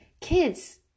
kids